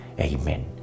Amen